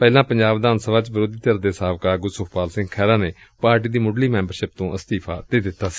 ਪਹਿਲਾਂ ਪੰਜਾਬ ਵਿਧਾਨ ਸਭਾ ਚ ਵਿਰੋਧੀ ਧਿਰ ਦੇ ਸਾਬਕਾ ਆਗੂ ਸੁਖਪਾਲ ਸਿੰਘ ਖਾਹਿਰਾ ਨੇ ਪਾਰਟੀ ਦੀ ਮੁੱਢਲੀ ਮੈਂਬਰਸ਼ਿਪ ਤੋਂ ਅਸਤੀਫ਼ਾ ਦੇ ਦਿੱਤਾ ਸੀ